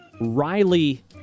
Riley